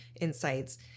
insights